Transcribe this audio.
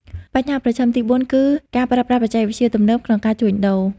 បញ្ហាប្រឈមទីបួនគឺ ការប្រើប្រាស់បច្ចេកវិទ្យាទំនើប ក្នុងការជួញដូរ។